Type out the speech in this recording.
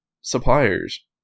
suppliers